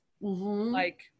like-